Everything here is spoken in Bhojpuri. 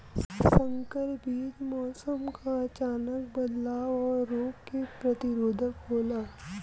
संकर बीज मौसम क अचानक बदलाव और रोग के प्रतिरोधक होला